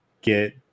get